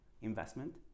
investment